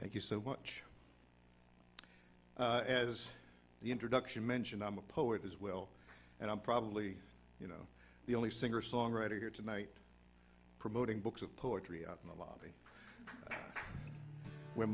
thank you so much as the introduction mentioned i'm a poet as well and i'm probably you know the only singer songwriter here tonight promoting books of poetry out in the lobby when